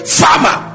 farmer